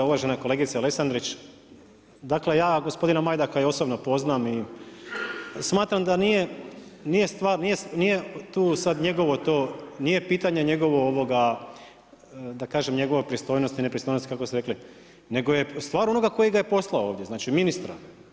Uvažena kolegice Lesandrić, dakle ja gospodina Majdaka i osobno poznam i smatram da nije stvar, nije tu sada njegovo to, nije pitanje njegovo da kažem njegove pristojnosti ili nepristojnosti, kako ste rekli, nego je stvar onoga koji ga je poslao ovdje, znači ministra.